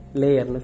layer